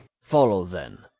follow then,